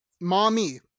Mommy